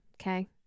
Okay